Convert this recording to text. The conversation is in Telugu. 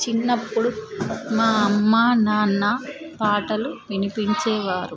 చిన్నప్పుడు మా అమ్మ నాన్న పాటలు వినిపించేవారు